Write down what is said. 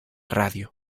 radio